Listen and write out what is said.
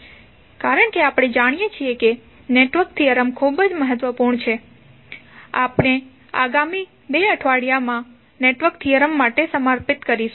કારણ કે આપણે જાણીએ છીએ કે નેટવર્ક થિયરમ ખૂબ જ મહત્વપૂર્ણ છે આપણે આગામી 2 અઠવાડિયા નેટવર્ક થિયરમ માટે સમર્પિત કરીશું